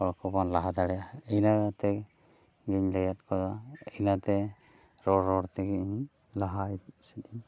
ᱦᱚᱲ ᱠᱚᱵᱚᱱ ᱞᱟᱦᱟ ᱫᱟᱲᱮᱭᱟᱜᱼᱟ ᱤᱱᱟᱹᱛᱮ ᱤᱧ ᱞᱟᱹᱭᱟᱫ ᱠᱚᱣᱟ ᱤᱱᱟᱹᱛᱮ ᱨᱚᱲᱼᱨᱚᱲ ᱛᱮᱜᱮ ᱤᱧ ᱞᱟᱦᱟ ᱥᱮᱫ ᱤᱧ